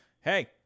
hey